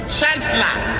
Chancellor